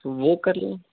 وہ کر لیں